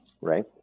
right